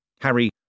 Harry